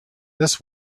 this